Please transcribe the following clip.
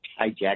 hijack